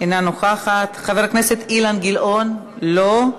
אינה נוכחת, חבר הכנסת אילן גילאון, לא,